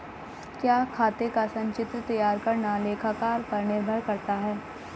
क्या खाते का संचित्र तैयार करना लेखाकार पर निर्भर करता है?